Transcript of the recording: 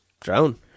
drown